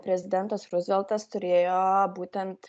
prezidentas ruzveltas turėjo būtent